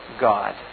God